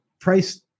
price